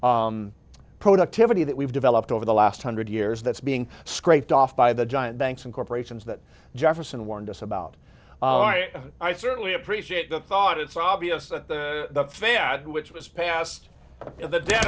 amazing productivity that we've developed over the last hundred years that's being scraped off by the giant banks and corporations that jefferson warned us about and i certainly appreciate the thought it's obvious that the fan which was passed in the dead